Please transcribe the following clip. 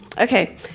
okay